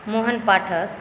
Mohan Pathak